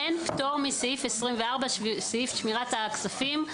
אין פטור מסעיף 24, סעיף שמירת הכספים.